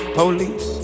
police